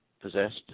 possessed